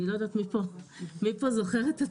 אני לא יודעת מי פה זוכר את התקופה הזו.